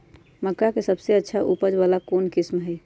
मक्का के सबसे अच्छा उपज वाला कौन किस्म होई?